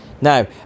Now